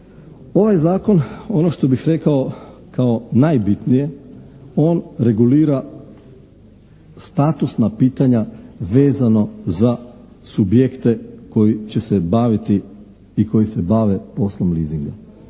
Ovaj Zakon ono što bih rekao kao najbitnije on regulira statusna pitanja vezano za subjekte koji će se baviti i koji se bave poslom leasinga.